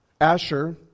Asher